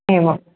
एवम्